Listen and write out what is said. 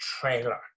trailer